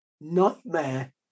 nightmare